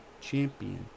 champion